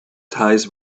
ties